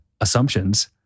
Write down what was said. assumptions